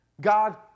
God